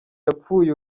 yapfuye